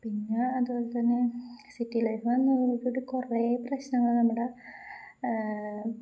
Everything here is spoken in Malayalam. പിന്നെ അതുപോലെ തന്നെ സിറ്റിയില വന്നട്ടട്ട് കൊറേ പ്രശ്നങ്ങള് നമ്മുടെ